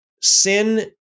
Sin